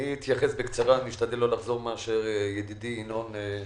אני אתייחס בקצרה ואשתדל לא לחזור על הדברים שאמר ידידי ינון אזולאי.